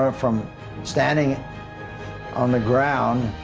ah from standing on the ground,